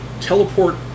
teleport